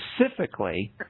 Specifically